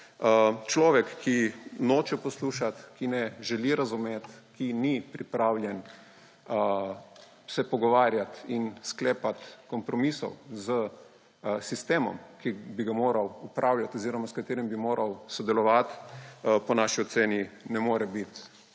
Človek, ki noče poslušati, ki ne želi razumeti, ki ni pripravljen se pogovarjati in sklepati kompromisov s sistemom, ki bi ga moral upravljati oziroma s katerim bi moral sodelovati, po naši oceni ne more biti